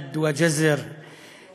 המאמץ והלימודים ולעתים עליות ומורדות.